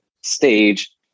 stage